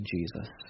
Jesus